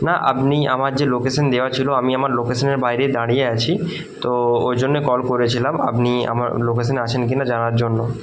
না আপনি আমার যে লোকেশন দেওয়া ছিলো আমি আমার লোকশনের বাইরে দাঁড়িয়ে আছি তো ওই জন্যই কল করেছিলাম আপনি আমার লোকেশানে আছেন কি না জানার জন্য